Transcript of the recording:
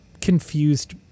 confused